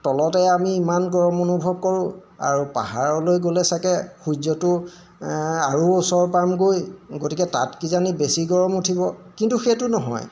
তলতে আমি ইমান গৰম অনুভৱ কৰোঁ আৰু পাহাৰলৈ গ'লে চাগৈ সূৰ্যটো আৰু ওচৰ পামগৈ গতিকে তাঁত কিজানি বেছি গৰম উঠিব কিন্তু সেইটো নহয়